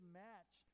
match